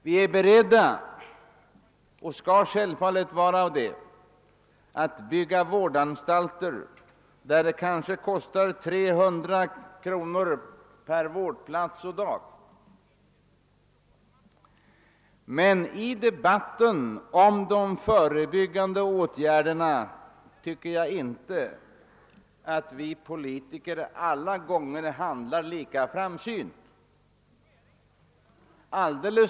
Vi är och skall självfallet vara beredda att bygga vårdanstalter, där kostnaden per vårdplats och dag kanske uppgår till 300 kronor. Vi politiker handlar emellertid inte alla gånger lika framsynt i avgöranden om de förebyggande åtgärderna.